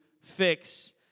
fix